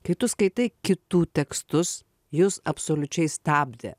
kai tu skaitai kitų tekstus jus absoliučiai stabdė